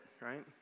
right